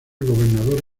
gobernador